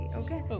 okay